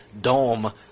dome